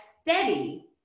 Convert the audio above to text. steady